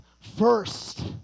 first